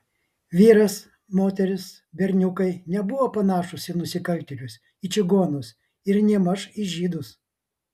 vyras moteris berniukai nebuvo panašūs į nusikaltėlius į čigonus ir nėmaž į žydus